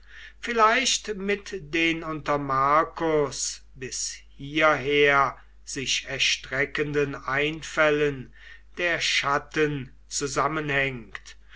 vielleicht mit den unter marcus bis hierher sich erstreckenden einfällen der chatten zusammenhängt